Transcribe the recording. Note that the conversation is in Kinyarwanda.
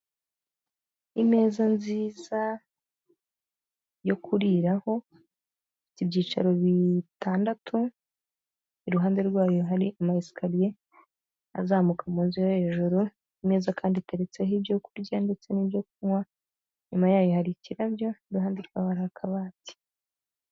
Imeza nziza yo kuriraho ifite ibyiciro bitandatu iruhande rwayo hari amayesikariye azamuka mu nzu yo hejuru, imeza kandi iteretseho ibyo kurya ndetse n'ibyo kunywa, inyuma yayo hari ikirabyo iruhande rwayo hari akabati.